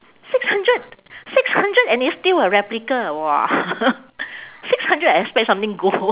six hundred six hundred and it's still a replica !wah! six hundred I expect something gold